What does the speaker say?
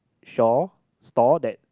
shop store that